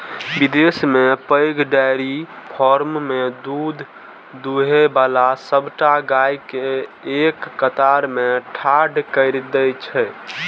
विदेश मे पैघ डेयरी फार्म मे दूध दुहै बला सबटा गाय कें एक कतार मे ठाढ़ कैर दै छै